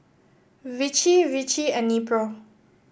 Vichy Vichy and Nepro